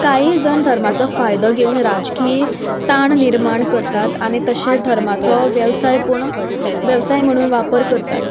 कांय जाण धर्माचो फायदो घेवन राजकीय ताण निर्माण करतात आनी तशें धर्माचो वेवसाय पूण वेवसाय म्हणून वापर करतात